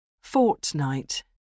Fortnight